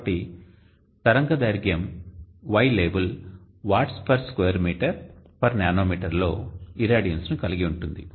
కాబట్టి తరంగదైర్ఘ్యం Y label watts per square metre per nanometre లో ఇరాడియన్స్ ని కలిగి ఉంటుంది